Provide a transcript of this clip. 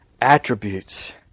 attributes